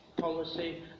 policy